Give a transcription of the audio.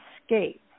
escape